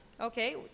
Okay